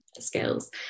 skills